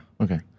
Okay